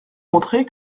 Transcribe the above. montrer